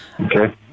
Okay